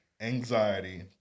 anxiety